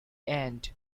end